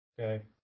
Okay